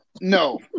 no